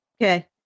Okay